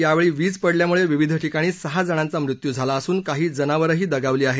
यावेळी वीज पडल्यामुळे विविध ठिकाणी सहा जणांचा मृत्यू झाला असून काही जनावरही दगावली आहेत